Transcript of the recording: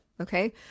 okay